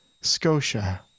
Scotia